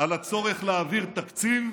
על הצורך להעביר תקציב,